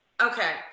Okay